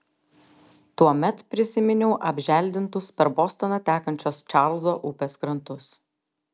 tuomet prisiminiau apželdintus per bostoną tekančios čarlzo upės krantus